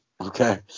Okay